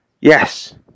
Yes